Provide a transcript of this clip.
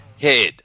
head